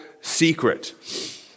secret